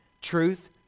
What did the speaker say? truth